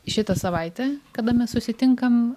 šita savaitė kada mes susitinkam